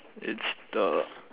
it's the